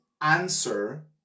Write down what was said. answer